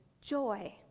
joy